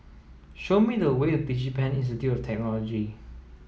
show me the way to DigiPen Institute of Technology